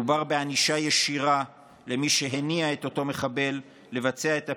מדובר בענישה ישירה למי שהניע את אותו מחבל לבצע את הפיגוע,